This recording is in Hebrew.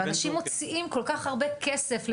ואנשים מוציאים כל כך הרבה כסף לבריאות.